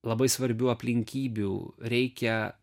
labai svarbių aplinkybių reikia